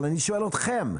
אבל אני שואל אתכם,